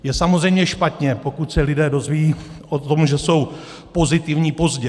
Je samozřejmě špatně, pokud se lidé dozvědí o tom, že jsou pozitivní, pozdě.